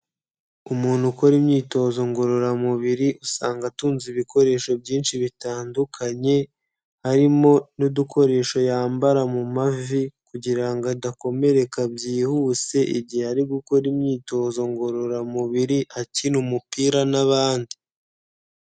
Umuntu ukora imyitozo ngororamubiri usanga atunze ibikoresho byinshi bitandukanye, harimo n'udukoresho yambara mu mavi kugira adakomereka byihuse igihe ari gukora imyitozo ngororamubiri akina umupira n'abandi.